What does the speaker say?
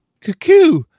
cuckoo